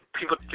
people